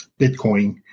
Bitcoin